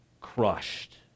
crushed